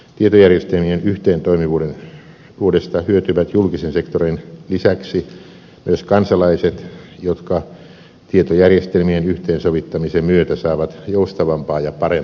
tietojärjestelmien yhteentoimivuudesta hyötyvät julkisen sektorin lisäksi myös kansalaiset jotka tietojärjestelmien yhteensovittamisen myötä saavat joustavampaa ja parempaa palvelua